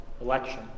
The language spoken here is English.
election